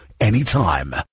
anytime